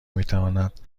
میتواند